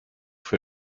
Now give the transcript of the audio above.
für